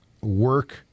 work